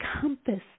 compass